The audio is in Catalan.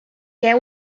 què